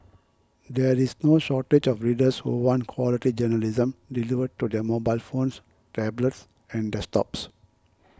there is no shortage of readers who want quality journalism delivered to their mobile phones tablets and desktops